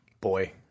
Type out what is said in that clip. Boy